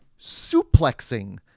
suplexing